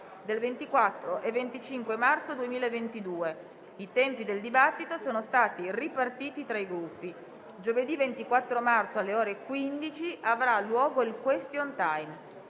del 24 e 25 marzo 2022. I tempi del dibattito sono stati ripartiti tra i Gruppi. Giovedì 24 marzo, alle ore 15, avrà luogo il *question time*.